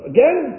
Again